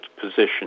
position